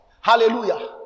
Hallelujah